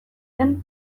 den